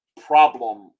problem